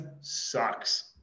sucks